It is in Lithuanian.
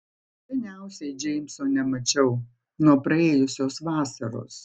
seniausiai džeimso nemačiau nuo praėjusios vasaros